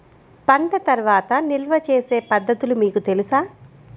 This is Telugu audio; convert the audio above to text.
పంట తర్వాత నిల్వ చేసే పద్ధతులు మీకు తెలుసా?